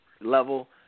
level